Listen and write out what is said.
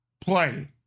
play